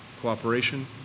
cooperation